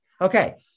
Okay